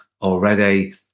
already